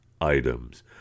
items